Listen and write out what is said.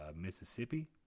mississippi